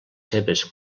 seves